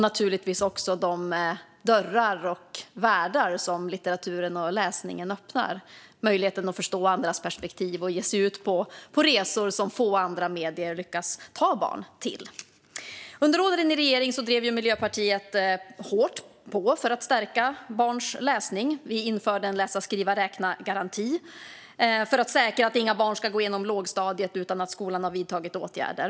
Naturligtvis handlar det också om de dörrar och världar som litteraturen och läsningen öppnar, det vill säga att förstå andras perspektiv och ge sig ut på resor dit få andra medier lyckas ta barn. Under åren i regering drev Miljöpartiet hårt på för att stärka barns läsning. Vi införde en läsa-skriva-räkna-garanti för att säkra att inga barn ska gå igenom lågstadiet utan att skolan har vidtagit åtgärder.